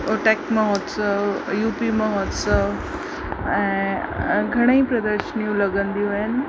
tech महोत्सव U P महोत्सव ऐं घणई प्रदर्शनियूं लॻंदियूं आहिनि